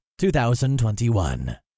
2021